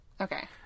Okay